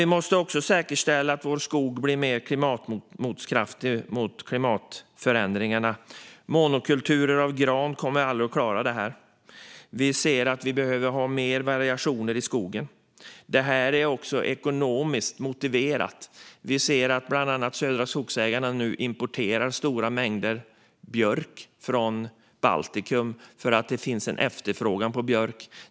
Vi måste också säkerställa att vår skog blir mer motståndskraftig mot klimatförändringarna. Monokulturer av gran kommer aldrig att klara detta. Vi ser att vi behöver ha mer variationer i skogen. Detta är också ekonomiskt motiverat. Vi ser att bland andra Södra Skogsägarna nu importerar stora mängder björk från Baltikum för att det finns en efterfrågan på björk.